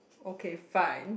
okay fine